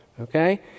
okay